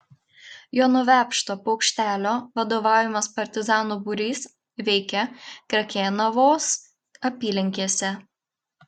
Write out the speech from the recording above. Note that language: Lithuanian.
jono vepšto paukštelio vadovaujamas partizanų būrys veikė krekenavos apylinkėse